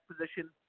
position